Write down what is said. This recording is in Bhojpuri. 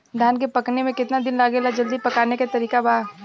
धान के पकने में केतना दिन लागेला जल्दी पकाने के तरीका बा?